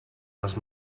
les